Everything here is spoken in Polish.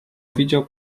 widział